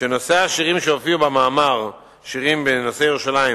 שנושא השירים שהופיעו במאמר, שירים בנושא ירושלים